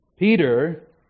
Peter